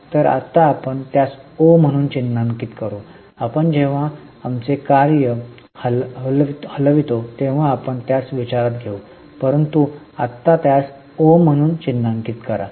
तर आत्ता आपण त्यास ओ म्हणून चिन्हांकित करा आपण जेव्हा आमचे कार्य हलवितो तेव्हा आपण त्यास विचारात घेऊ परंतु आत्ता त्यास ओ म्हणून चिन्हांकित करू